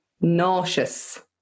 nauseous